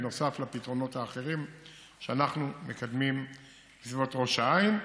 בנוסף לפתרונות האחרים שאנחנו מקדמים בסביבות ראש העין.